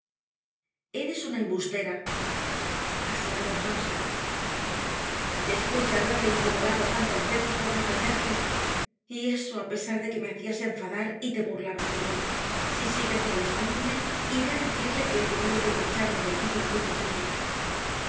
eres una embustera aseguró earnshaw después de haberle incomodado tantas veces por defenderte y eso a pesar de que me hacías enfadar y te burlabas de mí si sigues molestándome iré a decirle que he tenido que marcharme de aquí por culpa tuya